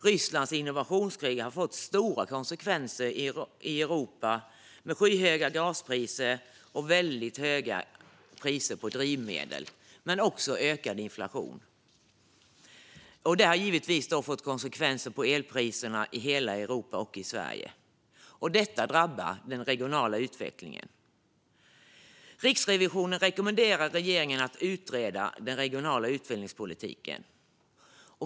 Rysslands invasionskrig har fått stora konsekvenser i Europa, med skyhöga gaspriser och väldigt höga priser på drivmedel men också ökad inflation. Detta har givetvis fått konsekvenser för elpriserna i hela Europa och i Sverige. Detta drabbar den regionala utvecklingen. Riksrevisionen rekommenderar regeringen att utreda den regionala utvecklingspolitiken.